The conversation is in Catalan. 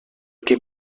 que